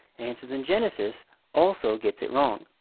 answers in genesis also gets it wrong.